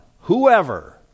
Whoever